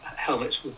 helmets